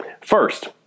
First